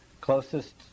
closest